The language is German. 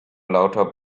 lauter